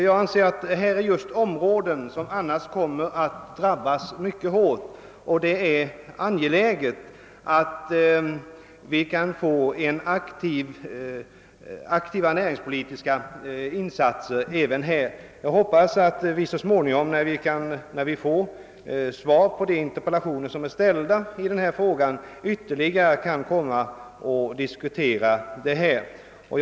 De områden det här gäller kommer annars att drabbas mycket hårt. Aktiva, näringspolitiska insatser är därför högst angelägna. När vi får svar på de interpellationer som framställts i denna fråga hoppas jag också att vi skall få tillfälle att diskutera problemen ytterligare. Herr talman!